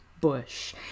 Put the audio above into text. Bush